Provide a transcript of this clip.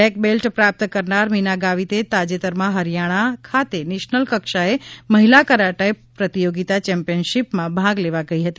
black belt પ્રાપ્ત કરનાર મીના ગાવિતે તાજેતરમાં હરિયાણા ખાતે નેશનલ કક્ષાએ મહિલા કરાટે પ્રતિયોગિતા ચેમ્પિયનશિપમાં ભાગ લેવા ગઈ હતી